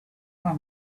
for